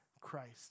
Christ